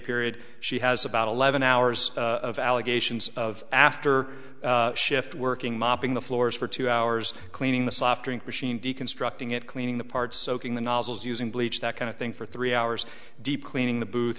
period she has about eleven hours of allegations of after shift working mopping the floors for two hour hours cleaning the soft drink machine deconstructing it cleaning the parts soaking the nozzles using bleach that kind of thing for three hours deep cleaning the booth